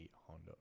Honda